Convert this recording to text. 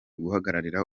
guhagararira